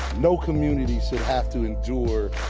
no community should have to endure